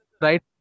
right